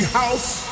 house